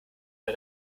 bei